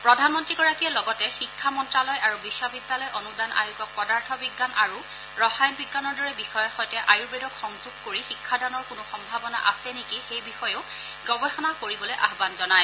প্ৰধানমন্ত্ৰীগৰাকীয়ে লগতে শিক্ষা মন্তালয় আৰু বিশ্ববিদ্যালয় অনুদান আয়োগক পদাৰ্থ বিজ্ঞান আৰু ৰসায়ন বিজ্ঞানৰ দৰে বিষয়ৰ সৈতে আয়ুৰ্বেদক সংযোগ কৰি শিক্ষাদানৰ কোনো সম্ভাৱনা আছে নেকি সেই বিষয়েও গৱেষণা কৰিবলৈ আহান জনায়